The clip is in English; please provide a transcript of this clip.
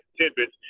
tidbits